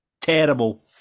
terrible